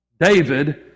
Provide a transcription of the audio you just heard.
David